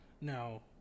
Now